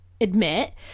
admit